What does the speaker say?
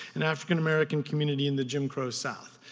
an african american community in the jim crow south.